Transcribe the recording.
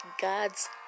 God's